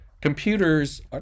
computers